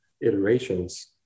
iterations